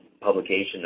publication